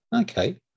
Okay